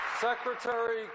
Secretary